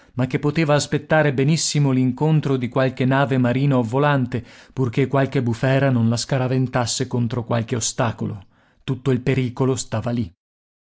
ma che poteva aspettare benissimo l'incontro di qualche nave marina o volante purché qualche bufera non la scaraventasse contro qualche ostacolo tutto il pericolo stava lì